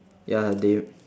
ya they